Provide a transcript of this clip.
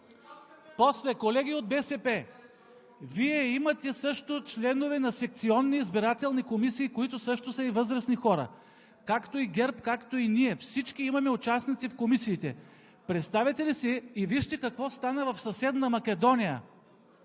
Колеги от БСП, Вие имате също членове на секционни избирателни комисии, които също са и възрастни хора, както и ГЕРБ, както и ние, всички имаме участници в комисиите. Представяте ли си… И вижте какво стана в съседна Македония